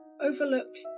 overlooked